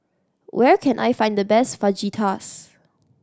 where can I find the best Fajitas